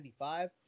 95